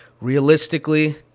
realistically